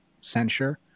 censure